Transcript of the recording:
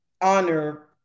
honor